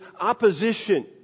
opposition